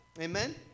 Amen